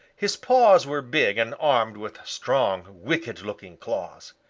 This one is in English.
his paws were big and armed with strong, wicked looking claws.